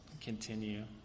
continue